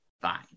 fine